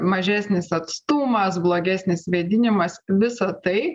mažesnis atstumas blogesnis vėdinimas visa tai